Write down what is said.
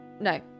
No